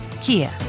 Kia